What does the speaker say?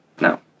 No